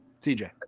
CJ